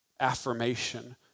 affirmation